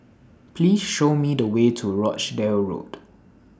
Please Show Me The Way to Rochdale Road